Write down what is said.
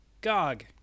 Gog